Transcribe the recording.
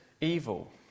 evil